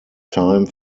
time